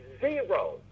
zero